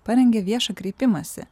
parengė viešą kreipimąsi